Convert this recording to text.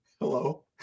Hello